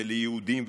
ליהודים,